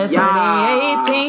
2018